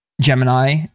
Gemini